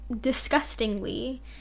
disgustingly